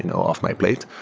you know off my plate.